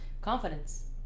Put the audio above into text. Confidence